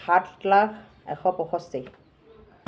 সাত লাখ এশ পঁয়ষষ্ঠী